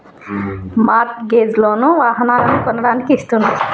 mart gauge loan లు వాహనాలను కొనడానికి ఇస్తాండ్రు